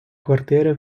квартири